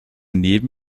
neben